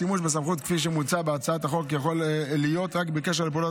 השימוש בסמכויות כפי שמוצע בהצעת החוק יכול להיות רק בקשר לפעולות